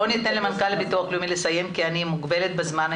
וניתן למנכ"ל הביטוח הלאומי לסיים כי אני מוגבלת בזמן,